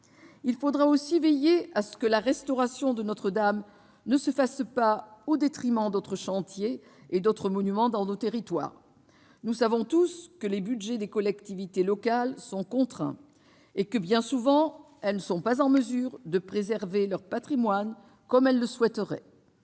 Il faudra aussi veiller à ce que la restauration de Notre-Dame ne se fasse pas au détriment d'autres chantiers et d'autres monuments dans nos territoires. Nous le savons tous : les budgets des collectivités locales sont contraints et, bien souvent, ces dernières ne sont pas en mesure de préserver leur patrimoine comme elles le souhaiteraient.